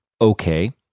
okay